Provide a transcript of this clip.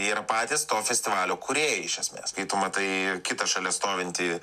jie yra patys to festivalio kūrėjai iš esmėskai tu matai kitą šalia stovintį